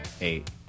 eight